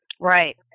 Right